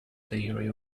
theory